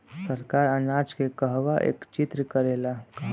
सरकार अनाज के कहवा एकत्रित करेला?